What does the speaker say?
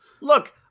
Look